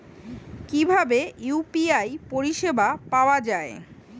কিভাবে ইউ.পি.আই পরিসেবা পাওয়া য়ায়?